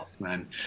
Man